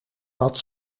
wat